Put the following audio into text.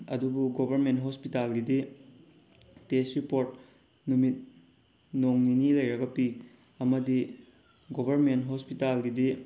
ꯑꯗꯨꯕꯨ ꯒꯣꯕꯔꯃꯦꯟ ꯒꯣꯁꯄꯤꯇꯥꯜꯒꯤꯗꯤ test report ꯅꯨꯃꯤꯠ ꯅꯣꯡ ꯅꯤꯅꯤ ꯂꯩꯔꯒ ꯄꯤ ꯑꯃꯗꯤ ꯒꯣꯕꯔꯃꯦꯟ ꯍꯣꯁꯄꯤꯇꯥꯜꯒꯤꯗꯤ